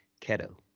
Keto